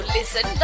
Listen